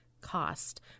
cost